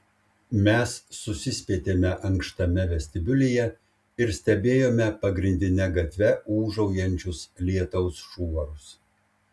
mes susispietėme ankštame vestibiulyje ir stebėjome pagrindine gatve ūžaujančius lietaus šuorus